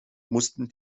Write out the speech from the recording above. mussten